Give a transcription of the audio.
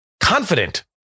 confident